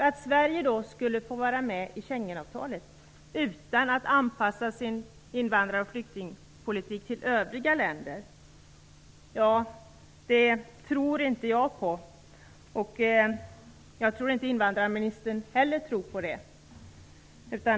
Att Sverige skulle få vara med i Schengenavtalet utan att anpassa sin invandrar och flyktingpolitik till övriga länders tror inte jag på, och jag tror inte att invandrarministern tror på det heller.